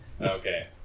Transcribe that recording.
Okay